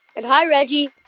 and hi, reggie